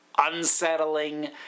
unsettling